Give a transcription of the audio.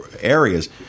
areas